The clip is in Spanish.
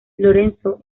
lorenzo